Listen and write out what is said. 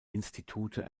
institute